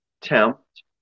Tempt